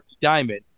Diamond